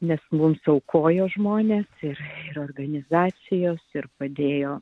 nes mums aukojo žmonės ir ir organizacijos ir padėjo